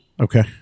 Okay